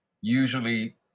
usually